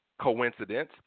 Coincidence